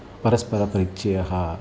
परस्पर परिचयः